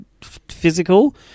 physical